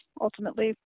ultimately